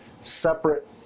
separate